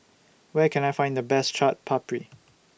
Where Can I Find The Best Chaat Papri